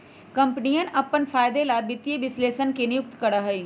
कम्पनियन अपन फायदे ला वित्तीय विश्लेषकवन के नियुक्ति करा हई